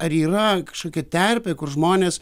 ar yra kažkokia terpė kur žmonės